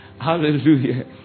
Hallelujah